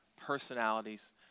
personalities